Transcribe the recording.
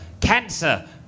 Cancer